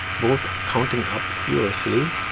both are counting up furiously